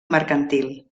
mercantil